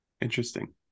Interesting